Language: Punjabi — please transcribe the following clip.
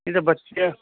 ਨਹੀਂ ਅਤੇ ਬੱਚਿਆਂ